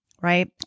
right